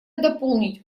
дополнит